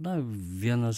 na vienas